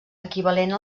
equivalent